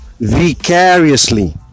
vicariously